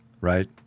right